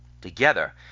together